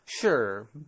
Sure